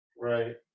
Right